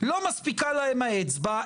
לא מספיקה להם האצבע,